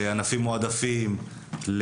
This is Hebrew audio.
לענפים מועדפים,